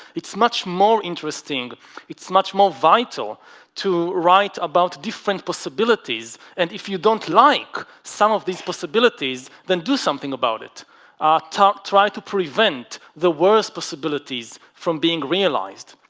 it's much more interesting it's much more vital to write about different possibilities and if you don't like some of these possibilities, then do something about it ah try to prevent the worst possibilities from being realised